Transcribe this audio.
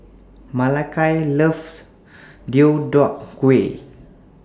Malakai loves Deodeok Gui